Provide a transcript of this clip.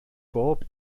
bob